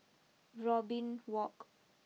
Robin walk